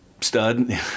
stud